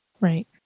Right